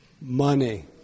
money